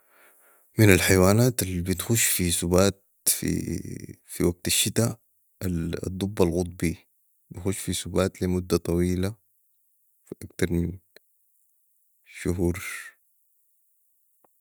من الحيوانات البتخش في ثبات في وكت الشتاء الدب القطبي بخش في ثبات لي مده طويله لاكتر من شهور